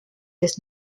des